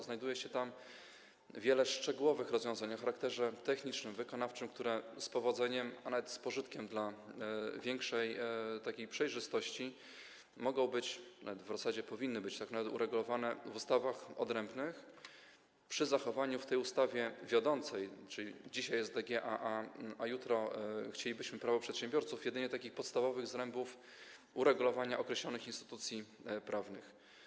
Znajduje się tam wiele szczegółowych rozwiązań o charakterze technicznym, wykonawczym, które z powodzeniem, a nawet z pożytkiem dla większej przejrzystości mogą być, a w zasadzie powinny być, uregulowane w ustawach odrębnych przy zachowaniu w tej ustawie wiodącej - dzisiaj jest s.d.g., a jutro chcielibyśmy Prawo przedsiębiorców - jedynie takich podstawowych zrębów uregulowania określonych instytucji prawnych.